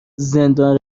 زندان